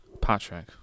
Patrick